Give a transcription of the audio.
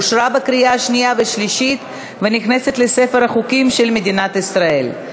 אושרה בקריאה שנייה ושלישית ונכנסת לספר החוקים של מדינת ישראל.